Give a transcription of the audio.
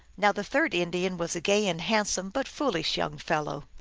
now the third indian was a gay and handsome but foolish young fellow,